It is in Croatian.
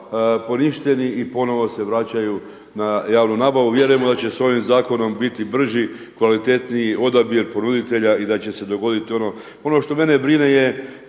poništeni i ponovno se vraćaju na javnu nabavu. Vjerujemo da će se ovim zakonom biti brži, kvalitetniji odabir ponuditelja i da će se dogoditi ono. Ono što mene brine je